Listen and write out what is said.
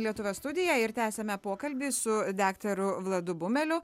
lietuvio studiją ir tęsiame pokalbį su daktaru vladu bumeliu